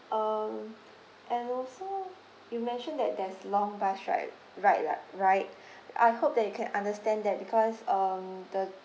um and also you mentioned that there's long bus ride ride ri~ right I hope that you can understand that because um the